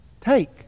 take